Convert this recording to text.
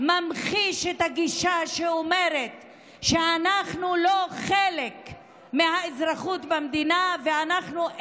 ממחיש את הגישה שאומרת שאנחנו לא חלק מהאזרחות במדינה ושאנחנו,